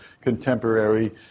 contemporary